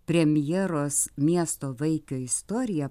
premjeros miesto vaikai istorija